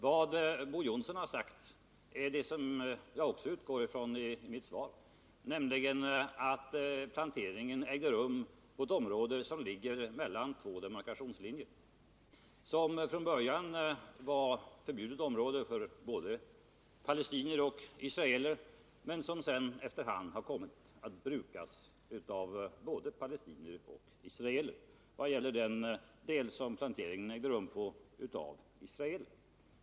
Vad Bo Johnson har sagt är det som också jag utgår från i mitt svar, nämligen att planteringen ägde rum på ett område som ligger mellan två demarkationslinjer. Det var från början förbjudet område för både palestinier och israeler, men det har efter hand kommit att brukas av både palestinier och israeler. Vad gäller den del av området på vilken planteringen ägde rum har denna kommit att brukas av israeler.